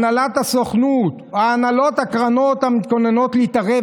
הנהלת הסוכנות והנהלות הקרנות מתכוונות להתערב